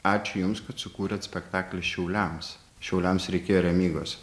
ačiū jums kad sukūrėt spektaklį šiauliams šiauliams reikėjo remygos